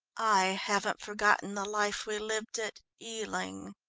i haven't forgotten the life we lived at ealing,